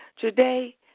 Today